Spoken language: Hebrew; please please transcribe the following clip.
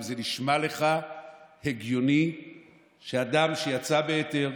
אם זה נשמע לך הגיוני שאדם שיצא בהיתר,